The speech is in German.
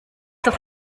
doch